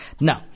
No